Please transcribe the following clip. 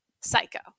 Psycho